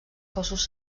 cossos